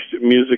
music